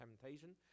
temptation